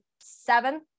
seven